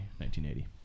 1980